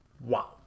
Wow